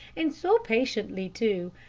and so patiently, too.